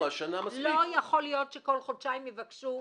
לא יכול להיות שכל חודשיים יבקשו עיקול.